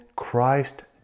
Christ